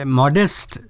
modest